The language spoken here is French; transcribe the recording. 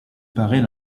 paraît